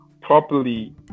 properly